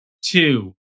two